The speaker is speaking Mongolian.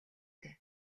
дээ